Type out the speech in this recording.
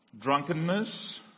Drunkenness